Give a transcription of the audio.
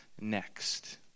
next